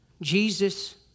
Jesus